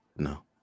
No